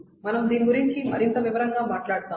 మనము దీని గురించి మరింత వివరంగా మాట్లాడుతాము